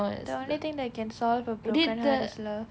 the only thing that can solve a broken heart is love